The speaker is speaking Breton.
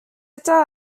eta